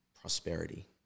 prosperity